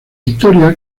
historia